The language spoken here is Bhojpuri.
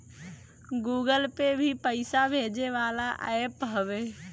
गूगल पे भी पईसा भेजे वाला एप्प हवे